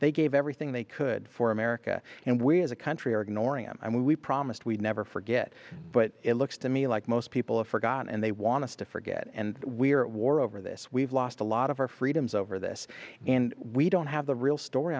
they gave everything they could for america and we as a country are ignoring them and we promised we'd never forget but it looks to me like most people have forgotten and they want us to forget and we are at war over this we've lost a lot of our freedoms over this and we don't have the real story